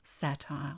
satire